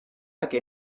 like